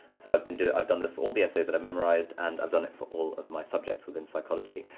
so i've been doing, i've done this for all the essays that i memorized and and i've done it for all of my subjects within psychology.